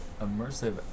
immersive